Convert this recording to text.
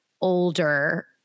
older